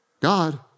God